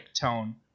tone